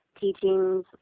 teachings